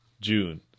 June